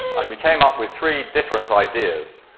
and we came up with three different ideas.